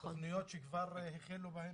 תכניות שכבר החלו בהן.